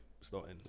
starting